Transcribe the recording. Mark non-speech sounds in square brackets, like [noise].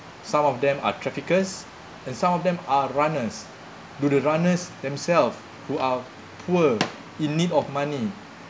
some of them are traffickers and some of them are runners do the runners themselves who are poor [noise] in need of money